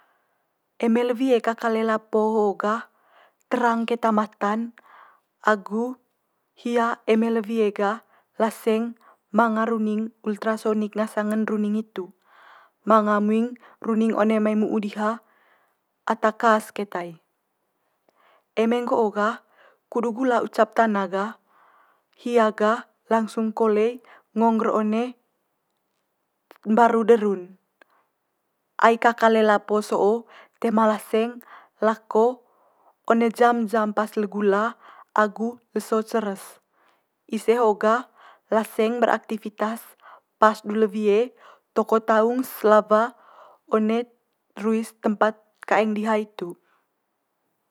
Eme le wie kaka lelap po ho'o gah, terang keta mata'n agu hia eme le wie gah laseng manga runing ultrasonik ngasang'n runing hitu. Manga muing runing one mai mu'u diha ata khas keta i. Eme nggo'o gah kudut gula ucap tana gah hia gah langsung kole ngo ngger one mbaru de ru'n. Ai kaka lelap po so'o toe ma laseng lako one jam jam pas le gula agu leso ceres ise ho gah laseng beraktivitas pas du le wie toko taung's lawa one ruis tempat kaeng diha hitu.